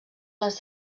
les